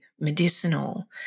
medicinal